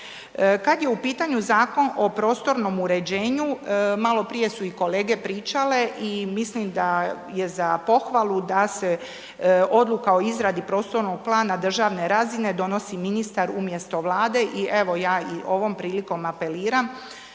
Kad je u pitanju Zakon o prostornom uređenju, maloprije su i kolege pričale i mislim da je za pohvalu da se odluka o izradi prostornog plana državne razine donosi ministar umjesto Vlade i evo, ja i ovom prilikom apeliram